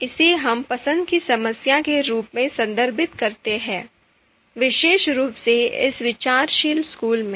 इसे हम पसंद की समस्या के रूप में संदर्भित करते हैं विशेष रूप से इस विचारशील स्कूल में